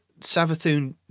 Savathun